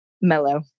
mellow